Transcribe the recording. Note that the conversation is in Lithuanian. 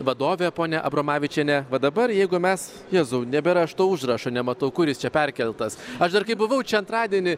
vadovė ponia abromavičienė va dabar jeigu mes jezau nebėra što užrašo nematau kur jis čia perkeltas aš dar kai buvau čia antradienį